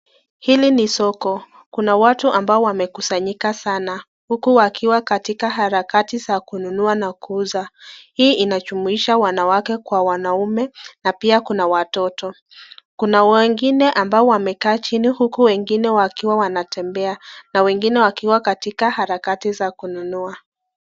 Hili ni soko , Kuna watu ambao wamekusanyika sana huku wakiwa katika harakati za kununua na kuuza hii inajumuisha wanawake Kwa wanaume na pia kuna watoto Kuna wengine ambao wamekaa chini huku wengine wakiwa wanatembea na wengine wakiwa katika harakati za kununua.